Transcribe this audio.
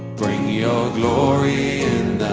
bring your glory